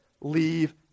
leave